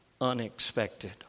unexpected